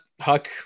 Huck